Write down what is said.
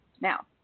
now